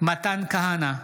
מתן כהנא,